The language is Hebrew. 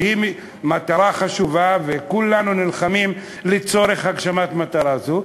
שהיא מטרה חשובה וכולנו נלחמים לצורך הגשמת מטרה זו,